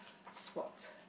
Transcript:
sport